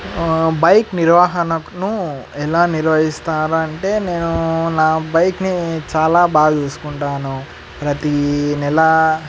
bike నిర్వహణను ఎలా నిర్వహిస్తారు అంటే నేను నా బైక్ని చాలా బాగా చూసుకుంటాను ప్రతి నెల